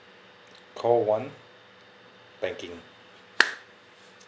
call one banking